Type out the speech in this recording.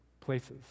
places